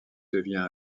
devient